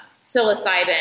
psilocybin